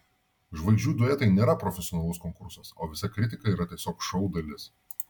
žvaigždžių duetai nėra profesionalus konkursas o visa kritika yra tiesiog šou dalis